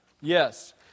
Yes